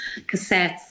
cassettes